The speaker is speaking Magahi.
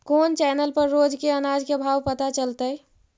कोन चैनल पर रोज के अनाज के भाव पता चलतै?